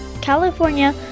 California